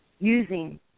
using